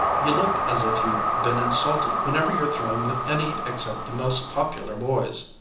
you look as if you'd been insulted whenever you're thrown with any except the most popular boys.